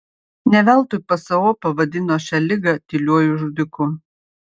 ne veltui pso pavadino šią ligą tyliuoju žudiku